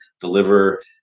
deliver